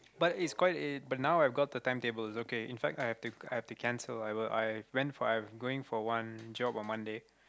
but it's quite it but now I've got the timetable it's okay in fact I have to I have to cancel I were I went for I'm going for one job on Monday